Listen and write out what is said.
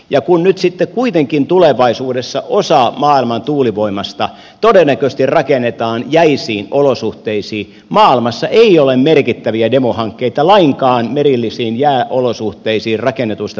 ja kun nyt sitten kuitenkin tulevaisuudessa osa maailman tuulivoimasta todennäköisesti rakennetaan jäisiin olosuhteisiin maailmassa ei ole merkittäviä demohankkeita lainkaan merellisiin jääolosuhteisiin rakennetuista tuulivoimalaitoksista